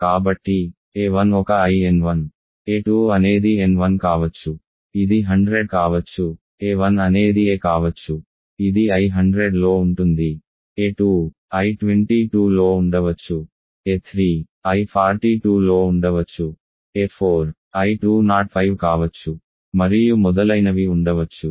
కాబట్టి a1 ఒక I n1 a2 అనేది n1 కావచ్చు ఇది 100 కావచ్చు a1 అనేది a కావచ్చు ఇది I100లో ఉంటుంది a2 I23లో ఉండవచ్చు a3 I42లో ఉండవచ్చు a4 I205 కావచ్చు మరియు మొదలైనవి ఉండవచ్చు